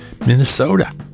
Minnesota